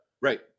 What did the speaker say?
Right